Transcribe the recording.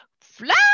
Fly